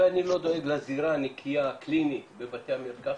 ואני לא דואג לזירה הנקייה הקלינית בבתי המרקחת,